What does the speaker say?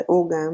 ראו גם